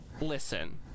Listen